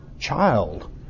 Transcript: child